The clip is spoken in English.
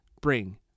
bring